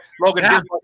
Logan